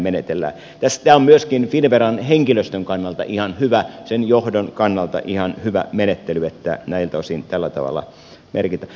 tämä on myöskin finnveran henkilöstön kannalta ihan hyvä sen johdon kannalta ihan hyvä menettely että näiltä osin tällä tavalla menetellään